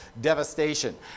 devastation